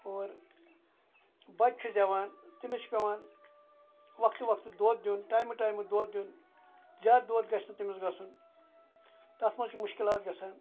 اور بَچہ چھُ زیٚوان تمِس چھُ پیٚوان وقتہٕ وَقتہٕ دۄد دیُن ٹایمہٕ ٹایمہٕ دۄد دیُن زیاد دۄد گَژھِ نہٕ تمِس گَژھُن تَتھ مَنٛز چھِ مُشکِلات گَژھان